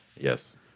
Yes